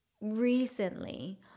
recently